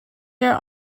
your